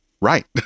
right